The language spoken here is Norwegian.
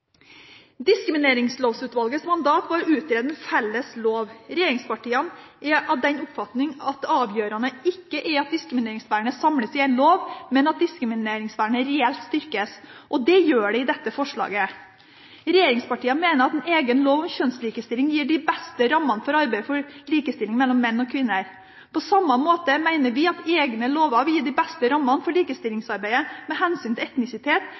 Diskrimineringslovutvalgets mandat var å utrede en felles lov. Regjeringspartiene er av den oppfatning at det avgjørende ikke er at diskrimineringsvernet samles i en lov, men at diskrimineringsvernet reelt styrkes. Det gjør det i dette forslaget. Regjeringspartiene mener at en egen lov om kjønnslikestilling gir de beste rammene for arbeidet for likestilling mellom menn og kvinner. På samme måte mener vi at egne lover vil gi de beste rammene for likestillingsarbeidet med hensyn til etnisitet,